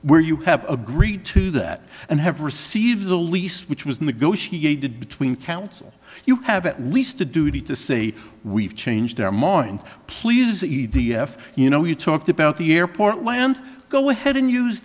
where you have agreed to that and have received the lease which was negotiated between counsel you have at least a duty to say we've changed our mind please e d f you know you talked about the airport land go ahead and use